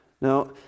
Now